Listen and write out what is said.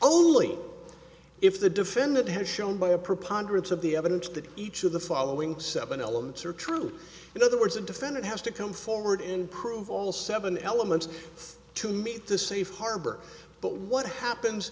only if the defendant has shown by a preponderance of the evidence that each of the following seven elements are true in other words the defendant has to come forward and prove all seven elements to meet the safe harbor but what happens